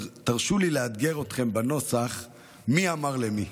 תרשו לי לאתגר אתכם בנוסח "מי אמר למי".